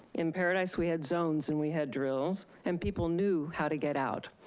in paradise we had zones and we had drills. and people knew how to get out.